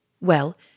Well